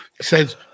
says